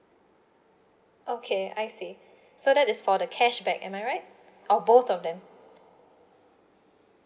okay I see so that is for the cashback am I right or both of them